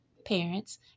parents